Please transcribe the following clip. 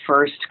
first